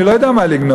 אני לא יודע מה לגנוב,